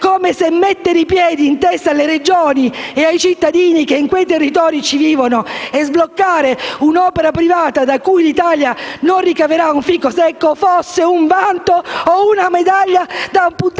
come se mettere i piedi in testa alle Regioni e ai cittadini che in quei territori ci vivono e sbloccare un'opera privata da cui l'Italia non ricaverà un fico secco fossero un vanto o una medaglia da appuntarsi